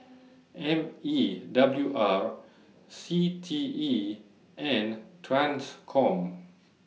M E W R C T E and TRANSCOM